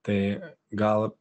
tai gal